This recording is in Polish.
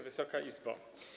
Wysoka Izbo!